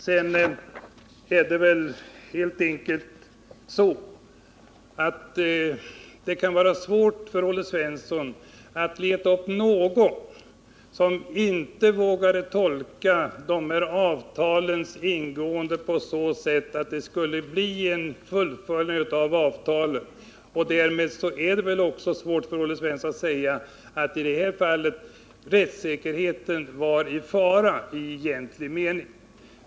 Det är väl helt enkelt svårt för Olle Svensson att leta upp någon som inte vågar tolka dessa avtals ingående på annat sätt än att de skulle fullföljas. Därmed är det också svårt för Olle Svensson att i det här fallet påstå att rättssäkerheten i egentlig mening var i fara.